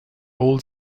old